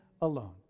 alone